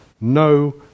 no